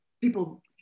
people